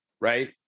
right